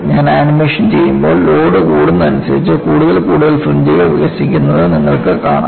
ഞാൻ ആനിമേഷൻ ചെയ്യുമ്പോൾ ലോഡ് കൂടുന്നതിനനുസരിച്ച് കൂടുതൽ കൂടുതൽ ഫ്രിഞ്ച്കൾ വികസിക്കുന്നത് നിങ്ങൾക്ക് കാണാം